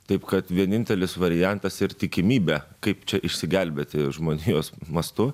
taip kad vienintelis variantas ir tikimybė kaip čia išsigelbėti žmonijos mastu